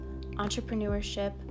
entrepreneurship